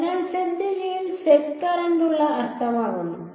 അതിനാൽ z ദിശയിൽ z current ഉള്ളത് അർത്ഥമാക്കുന്നു